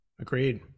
Agreed